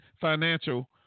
financial